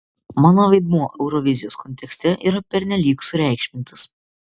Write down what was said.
mano vaidmuo eurovizijos kontekste yra pernelyg sureikšmintas